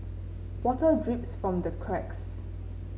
water drips from the cracks